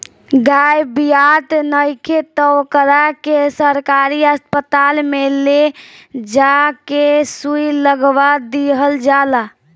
गाय बियात नइखे त ओकरा के सरकारी अस्पताल में ले जा के सुई लगवा दीहल जाला